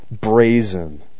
brazen